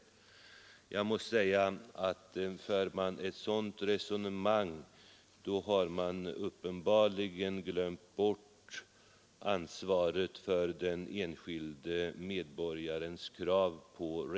Det är vad vi föreslår.